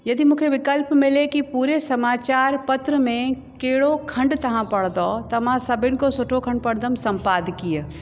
यदि मूंखे विकल्प मिले कि पूरे समाचार पत्र में कहिड़ो खंड तव्हां पढ़ंदो त मां सभिनि खां सुठो खंड पढ़ंदमि सम्पादकीय